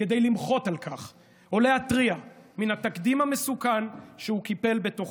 כדי למחות על כך או להתריע על התקדים המסוכן שהוא קיפל בתוכו,